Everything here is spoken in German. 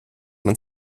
man